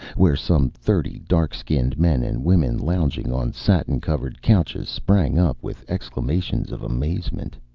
where some thirty dark-skinned men and women lounging on satin-covered couches sprang up with exclamations of amazement.